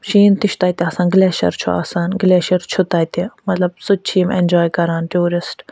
شیٖن تہِ چھِ تَتہِ آسان گٔلیشَر چھُ آسان گٔلیشَر چھُ تَتہِ مطلب سُہ تہِ چھِ یِم اٮ۪نجاے کران ٹوٗرسٹ